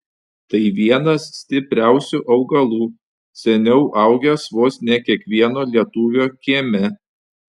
tai vienas stipriausių augalų seniau augęs vos ne kiekvieno lietuvio kieme